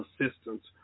assistance